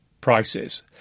prices